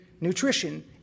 nutrition